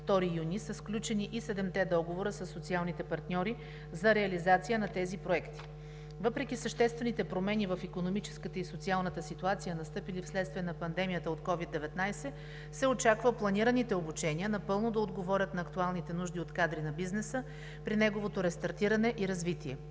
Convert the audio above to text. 2 юни са сключени и седемте договора със социалните партньори за реализация на тези проекти. Въпреки съществените промени в икономическата и социалната ситуация, настъпили вследствие на пандемията от COVID-19, се очаква планираните обучения напълно да отговорят на актуалните нужди от кадри на бизнеса при неговото рестартиране и развитие.